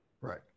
Right